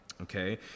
Okay